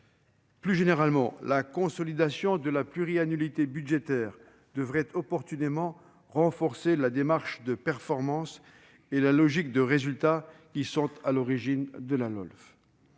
Plus généralement, la consolidation de la pluriannualité budgétaire devrait opportunément renforcer la démarche de performance et la logique de résultat qui sont à l'origine de la LOLF.